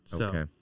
Okay